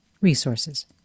resources